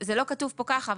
זה לא כתוב פה ככה,